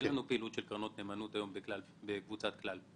אין היום פעילות של קרנות נאמנות בקבוצת כלל.